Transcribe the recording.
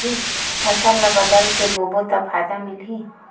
फसल ल बदल के बोबो त फ़ायदा मिलही?